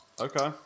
Okay